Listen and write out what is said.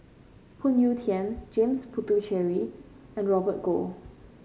Phoon Yew Tien James Puthucheary and Robert Goh